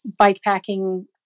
bikepacking